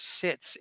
sits